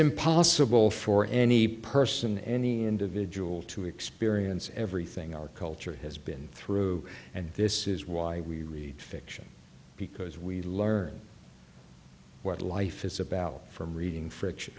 impossible for any person any individual to experience everything our culture has been through and this is why we read fiction because we learn what life is about from reading friction